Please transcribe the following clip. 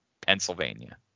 Pennsylvania